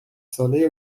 ساله